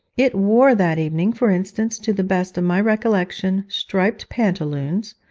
it wore that evening, for instance, to the best of my recollection, striped pantaloons,